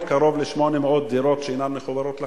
קרוב ל-800 דירות שאינן מחוברות לחשמל?